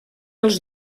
els